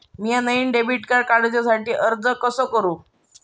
म्या नईन debit card काडुच्या साठी अर्ज कसा करूचा?